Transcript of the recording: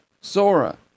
Sora